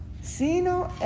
sino